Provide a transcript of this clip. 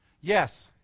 Yes